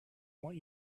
want